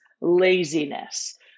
laziness